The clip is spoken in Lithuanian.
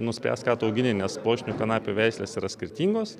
nuspręst ką tu augini nes pluoštinių kanapių veislės yra skirtingos